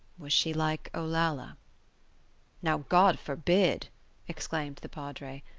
was she like olalla now god forbid exclaimed the padre.